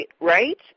Right